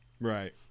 Right